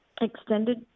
extended